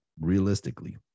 realistically